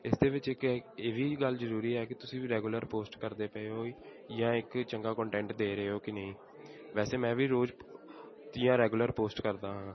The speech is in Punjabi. ਇਸ ਦੇ ਵਿੱਚ ਇੱਕ ਹੈ ਇਹ ਵੀ ਗੱਲ ਜ਼ਰੂਰੀ ਹੈ ਕਿ ਤੁਸੀਂ ਵੀ ਰੈਗੂਲਰ ਪੋਸਟ ਕਰਦੇ ਪਏ ਹੋ ਈ ਜਾਂ ਇੱਕ ਚੰਗਾ ਕੋਂਟੈਂਟ ਦੇ ਰਹੇ ਹੋ ਕਿ ਨਹੀਂ ਵੈਸੇ ਮੈਂ ਵੀ ਰੋਜ਼ ਦੀਆਂ ਰੈਗੂਲਰ ਪੋਸਟ ਕਰਦਾ ਹਾਂ